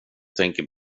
tänker